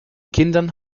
kindern